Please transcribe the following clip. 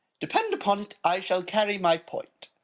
depend upon it, i shall carry my point.